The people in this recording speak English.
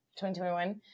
2021